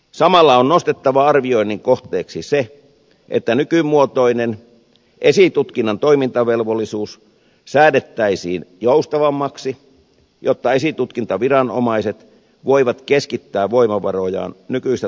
samalla on nostettava arvioinnin kohteeksi se että nykymuotoinen esitutkinnan toimintavelvollisuus säädettäisiin joustavammaksi jotta esitutkintaviranomaiset voivat keskittää voimavarojaan nykyistä tarkoituksenmukaisemmalla tavalla